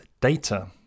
data